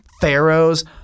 Pharaoh's